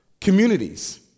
Communities